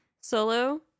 solo